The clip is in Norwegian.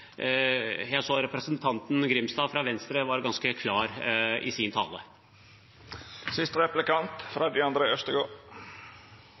jeg mener representanten Grimstad fra Venstre var ganske klar i sin tale.